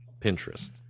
Pinterest